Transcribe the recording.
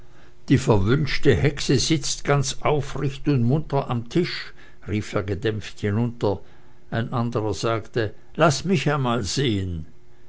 die verwünschte hexe sitzt ganz aufrecht und munter am tisch rief er gedämpft hinunter ein anderer sagte laß mich einmal sehen